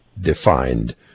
defined